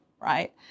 Right